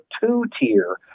two-tier